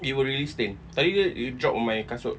it will really stain tadi tadi you drop on my kasut